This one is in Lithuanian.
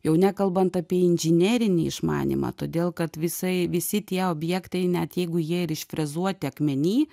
jau nekalbant apie inžinerinį išmanymą todėl kad visai visi tie objektai net jeigu jie ir išfrezuoti akmeny